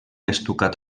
estucat